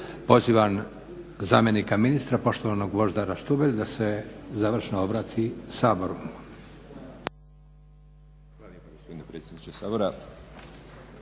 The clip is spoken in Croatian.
Pozivam zamjenika ministra poštovanog Božidara Štubelja da se završno obrati Saboru.